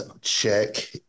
check